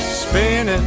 spinning